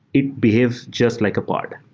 it behaves just like a pod.